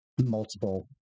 multiple